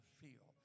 feel